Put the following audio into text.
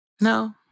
No